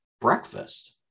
breakfast